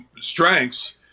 strengths